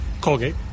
Colgate